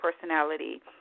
personality